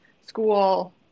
school